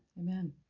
Amen